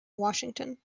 washington